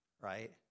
right